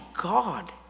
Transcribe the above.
god